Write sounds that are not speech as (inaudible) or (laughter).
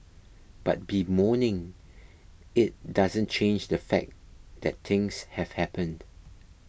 but bemoaning it doesn't change the fact that things have happened (noise)